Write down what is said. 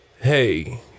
Hey